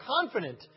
confident